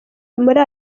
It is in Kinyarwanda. muri